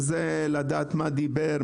לדעת מה דיבר,